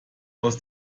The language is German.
aus